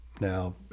Now